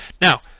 Now